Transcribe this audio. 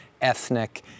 ethnic